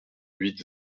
huit